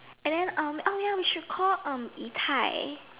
and then um ya we should call um Yi-Tai